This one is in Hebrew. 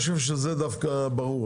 נדמה לי שזה ברור.